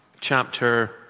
chapter